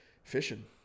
Fishing